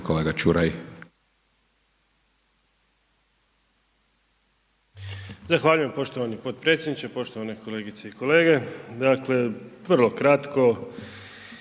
kolega Maras.